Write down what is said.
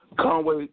Conway